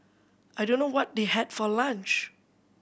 I don't know what they had for lunch